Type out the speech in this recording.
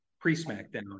pre-smackdown